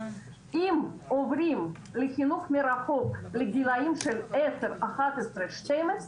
אם עוברים לחינוך מרחוק לגילאים של 10, 11, 12,